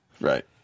right